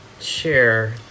share